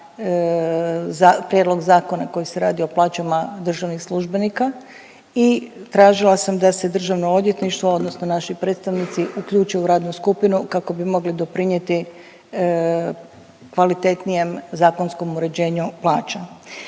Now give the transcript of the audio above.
prijedlog zakona koji se radi o plaćama državnih službenika i tražila sam da se DORH odnosno naši predstavnici uključe u radnu skupinu kako bi mogli doprinijeti kvalitetnijem zakonskom uređenju plaća.